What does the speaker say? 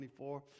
24